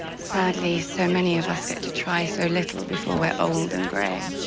sadly, so many of us get to try so little before we're old and gray.